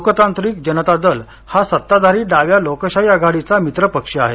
लोकतांत्रिक जनता दल हा सत्ताधारी डाव्या लोकशाही आघाडीचा मित्र पक्ष आहे